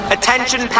Attention